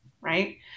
Right